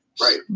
Right